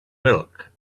milk